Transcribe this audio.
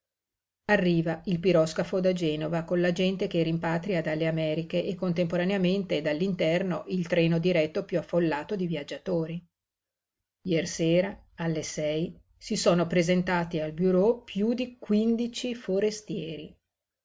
arriva il piroscafo da genova con la gente che rimpatria dalle americhe e contemporaneamente dall'interno il treno diretto piú affollato di viaggiatori jersera alle sei si sono presentati al bureau piú di quindici forestieri